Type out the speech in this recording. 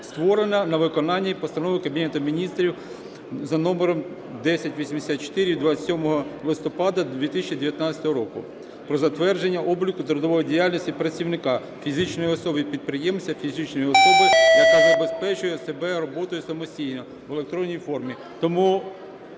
створене на виконання Постанови Кабінету Міністрів за номером 1084 (27 листопада 2019 року) "Про запровадження обліку трудової діяльності працівника, фізичної особи-підприємця, фізичної особи, яка забезпечує себе роботою самостійно в електронній формі".